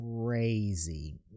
crazy